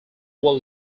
was